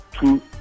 two